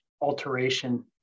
alteration